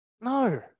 No